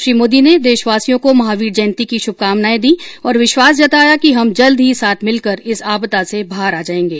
श्री मोदी ने देश वासियों को महावीर जयंती की शुभकामनाएं दी और विश्वास जताया कि हम जल्द ही साथ मिलकर इस आपदा से बाहर आयेंगे